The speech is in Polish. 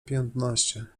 piętnaście